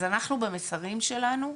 אז אנחנו במסרים שלנו,